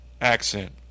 accent